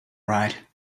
right